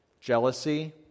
jealousy